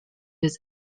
his